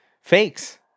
fakes